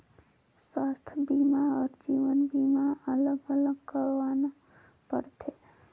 स्वास्थ बीमा अउ जीवन बीमा अलग अलग करवाना पड़थे?